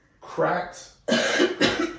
cracked